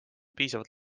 piisavalt